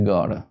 God